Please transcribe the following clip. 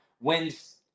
wins